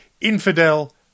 Infidel